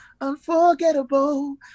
unforgettable